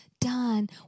done